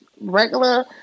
regular